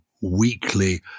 weekly